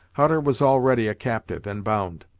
hutter was already a captive and bound.